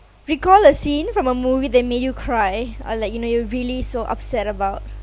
recall a scene from a movie that made you cry or like you know you're really so upset about